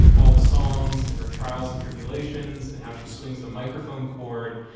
all the songs and her trials and tribulations and how she swings the microphone cord,